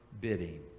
bidding